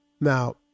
Now